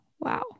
Wow